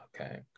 okay